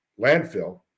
landfill